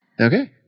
Okay